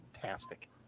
fantastic